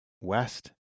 west